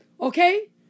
Okay